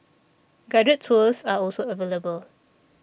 guided tours are also available